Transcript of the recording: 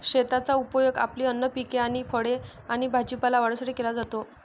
शेताचा उपयोग आपली अन्न पिके आणि फळे आणि भाजीपाला वाढवण्यासाठी केला जातो